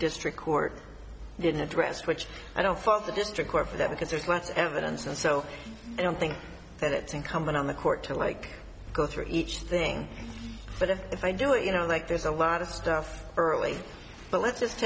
district court didn't address which i don't fault the district court for that because there's less evidence and so i don't think that it's incumbent on the court to like go through each thing but if i do it you know like there's a lot of stuff early but let's just